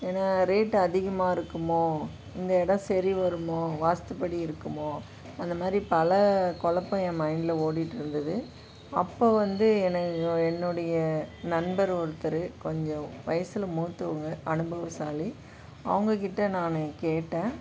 ஏன்னால் ரேட்டு அதிகமாக இருக்குமோ இந்த இடம் சரி வருமோ வாஸ்து படி இருக்குமோ அந்த மாதிரி பல கொழப்பம் என் மைண்ட்டில் ஓடிகிட்டு இருந்தது அப்போ வந்து என என்னுடைய நண்பர் ஒருத்தர் கொஞ்சம் வயசில் மூத்தவங்க அனுபவசாலி அவங்க கிட்டே நான் கேட்டேன்